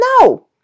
No